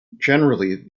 generally